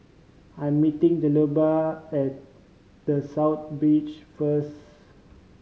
I'm meeting Zenobia at The South Beach first